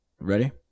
Ready